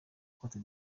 cote